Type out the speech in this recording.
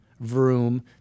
Vroom